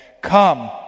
Come